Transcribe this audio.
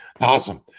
Awesome